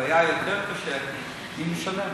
הבעיה היותר-קשה היא מי משלם.